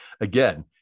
again-